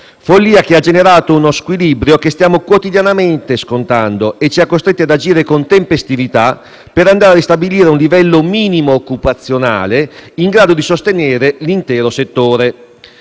follia che ha generato uno squilibrio che stiamo quotidianamente scontando e che ci ha costretti ad agire con tempestività per andare a ristabilire un livello occupazionale minimo in grado di sostenere l'intero settore.